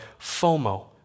FOMO